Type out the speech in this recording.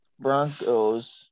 Broncos